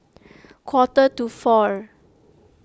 quarter to four